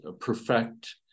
perfect